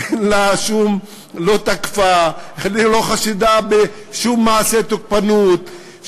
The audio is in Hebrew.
אין לה שום, לא תקפה, לא חשודה בשום מעשה תוקפנות.